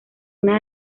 una